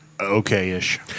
okay-ish